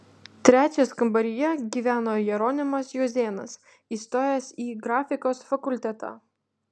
trečias kambaryje gyveno jeronimas juozėnas įstojęs į grafikos fakultetą